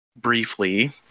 briefly